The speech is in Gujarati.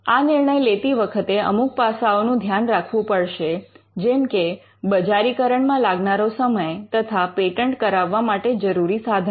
આ નિર્ણય લેતી વખતે અમુક પાસાઓનું ધ્યાન રાખવું પડશે જેમ કે બજારીકરણમાં લાગનારો સમય તથા પેટન્ટ કરાવવા માટે જરૂરી સાધનો